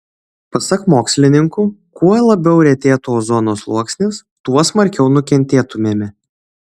pasak mokslininkų kuo labiau retėtų ozono sluoksnis tuo smarkiau nukentėtumėme